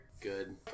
Good